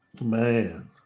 Man